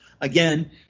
Again